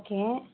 okay